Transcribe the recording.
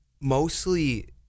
mostly